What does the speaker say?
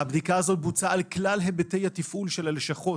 הבדיקה הזאת בוצעה על כלל היבטי התפעול של הלשכות,